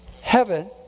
heaven